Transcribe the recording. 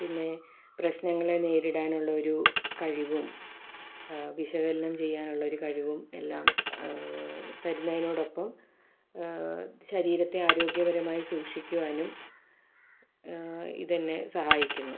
പിന്നെ പ്രശ്നങ്ങളെ നേരിടാനുള്ള ഒരു കഴിവും വിശകലനം ചെയ്യാനുള്ള ഒരു കഴിവും എല്ലാം തരുന്നതിനോടൊപ്പം ശരീരത്തെ ആരോഗ്യപരമായി സൂക്ഷിക്കുവാനും ഇതെന്നെ സഹായിക്കുന്നു